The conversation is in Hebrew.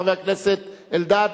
חבר הכנסת אלדד,